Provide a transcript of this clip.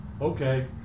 Okay